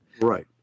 Right